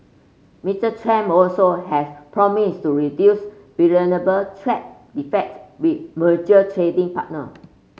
Mister Trump also has promised to reduce trad deficits with major trading partner